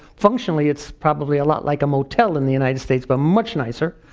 functionally, it's probably a lot like a motel in the united states but much nicer.